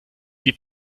die